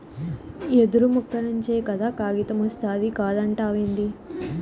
యెదురు మొక్క నుంచే కదా కాగితమొస్తాది కాదంటావేంది